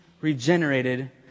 regenerated